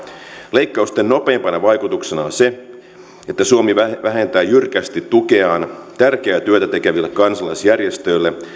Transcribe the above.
leikkausten nopeimpana vaikutuksena on se että suomi vähentää jyrkästi tukeaan tärkeää työtä tekeville kansalaisjärjestöille